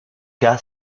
cas